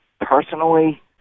personally